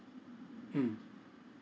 mm